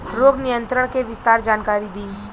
रोग नियंत्रण के विस्तार जानकारी दी?